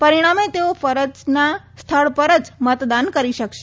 પરિણામે તેઓ ફરજના સ્થળ પર જ મતદાન કરી શકશે